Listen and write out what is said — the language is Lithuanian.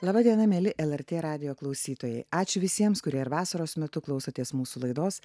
laba diena mieli lrt radijo klausytojai ačiū visiems kurie ir vasaros metu klausotės mūsų laidos